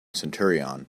centurion